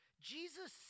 Jesus